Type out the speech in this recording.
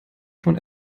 von